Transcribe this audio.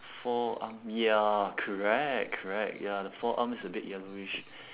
forearm ya correct correct ya the forearm is a bit yellowish